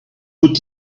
would